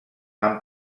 han